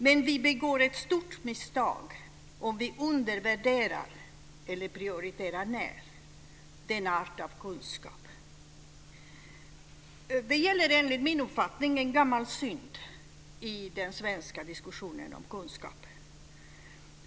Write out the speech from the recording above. Men vi begår ett stort misstag om vi undervärderar eller prioriterar ned denna art av kunskap. Det gäller enligt min uppfattning en gammal synd i den svenska diskussionen om kunskap.